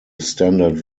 standard